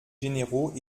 généraux